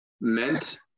meant